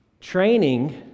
Training